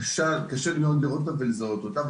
קשה מאוד לראות אותה ולזהות אותה,